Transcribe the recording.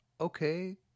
okay